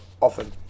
often